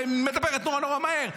והיא מדברת נורא נורא מהר,